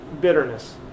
bitterness